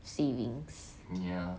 savings